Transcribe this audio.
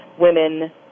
women